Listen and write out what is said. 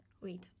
Wait